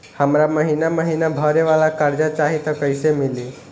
हमरा महिना महीना भरे वाला कर्जा चाही त कईसे मिली?